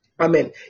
Amen